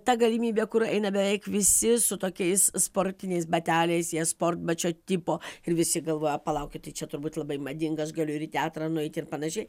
ta galimybė kur eina beveik visi su tokiais sportiniais bateliais jie sportbačio tipo ir visi galvoja palaukit tai čia turbūt labai madinga aš galiu ir į teatrą nueit ir panašiai